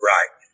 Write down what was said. Right